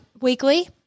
weekly